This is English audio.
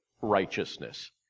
righteousness